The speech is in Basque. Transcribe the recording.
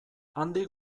handik